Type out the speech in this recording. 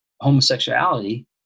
homosexuality